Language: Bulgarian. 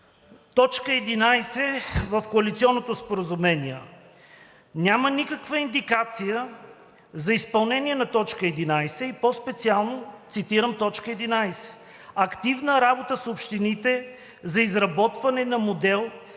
Точка 11 в коалиционното споразумение. Няма никаква индикация за изпълнение на т. 11, и по-специално, цитирам т. 11: „активна работа с общините за изработване на модел